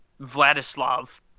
Vladislav